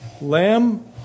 Lamb